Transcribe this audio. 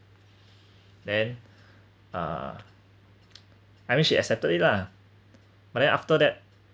then uh I mean she accepted it lah but then after that